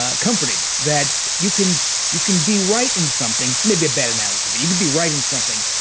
ah comforting. that you can you can be right in something, maybe a bad analogy, but you can be right in something,